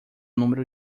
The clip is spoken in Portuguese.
número